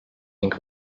ning